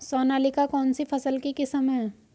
सोनालिका कौनसी फसल की किस्म है?